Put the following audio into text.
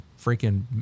freaking